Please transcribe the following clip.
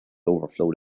overflowed